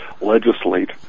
legislate